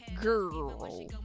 Girl